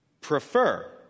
prefer